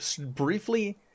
briefly